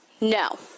No